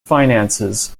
finances